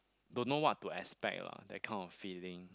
don't know what to expect lah that kind of feeling